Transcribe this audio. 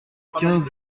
quinze